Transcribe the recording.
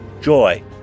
joy